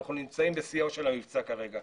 אנחנו נמצאים בשיאו של המבצע כרגע.